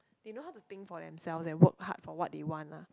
they know how to think for themselves and work hard for what they want lah